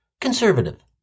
Conservative